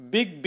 Big